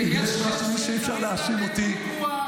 אם יש משהו שאי-אפשר להאשים אותי בו,